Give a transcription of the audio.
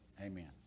amen